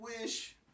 wish